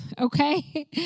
okay